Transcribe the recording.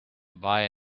buy